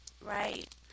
right